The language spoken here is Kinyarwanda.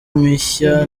mishya